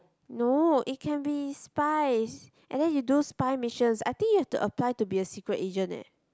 no it can be spies and then you do spy missions I think you have to apply to be a secret agent eh